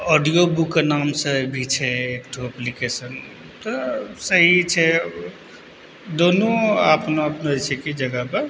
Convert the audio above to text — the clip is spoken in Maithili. ऑडियो बुकके नामसँ भी छै एकठो एप्लीकेशन तऽ सही छै दुनू अपना आपमे जे छै कि जगहपर